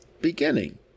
beginning